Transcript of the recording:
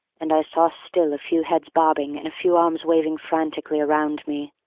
and i saw still a few heads bobbing and a few arms waving frantically around me.